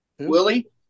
Willie